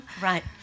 Right